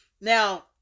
Now